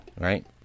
right